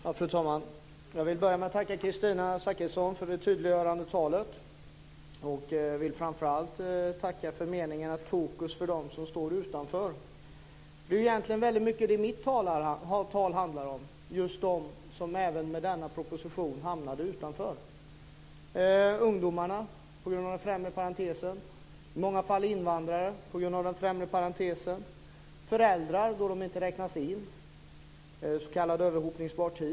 Fru talman! Jag vill börja med att tacka Kristina Zakrisson för det tydliggörande talet. Jag vill framför allt tacka för meningen om fokus för dem står utanför. Det handlade ju egentligen mitt tal väldigt mycket om också. Jag tänker på dem som även med denna proposition hamnar utanför. Det gäller ungdomar och i många fall invandrare som hamnar utanför på grund av den främre parentesen. Det gäller föräldrar som inte räknas in, dvs. s.k. överhoppningsbar tid.